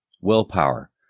Willpower